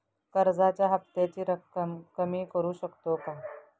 कर्जाच्या हफ्त्याची रक्कम कमी करू शकतो का?